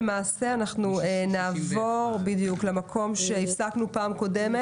נעבור למקום בו הפסקנו בפעם הקודמת.